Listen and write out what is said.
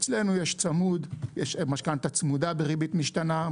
אצלנו יש משכנתא צמודה בריבית משתנה.